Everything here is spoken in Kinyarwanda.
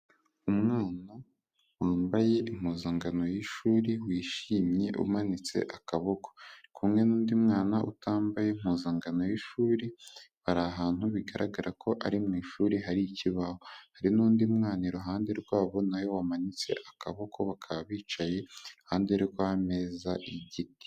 Umwana wambaye impuzangano y'ishuri wishimye umanitse akaboko. Kumwe n'undi mwana utambaye impuzangana y'ishuri bari ahantu bigaragara ko ari mu ishuri hari ikibaho. Hari n'undi mwana iruhande rwabo na we wamanitse akaboko bakaba bicaye iruhande rw'ameza y'igiti.